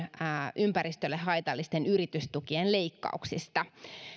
ympäristölle haitallisten yritystukien leikkauksista